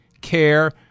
Care